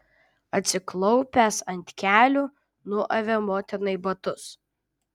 atsiklaupęs ant kelių nuavė motinai batus